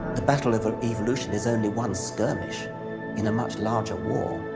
the battle over evolution is only one skirmish in a much larger war.